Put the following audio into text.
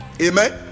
Amen